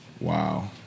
Wow